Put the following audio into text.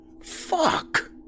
Fuck